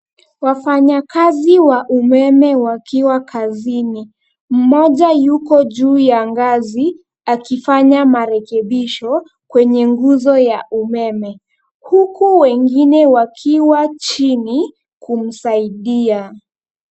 Wafanyakazi wa umeme wakiwa kazini. Mmoja yuko juu ya ngazi akifanya marekebisho kwenye nguzo ya umeme huku wengine wakiwa chini kumsaidia.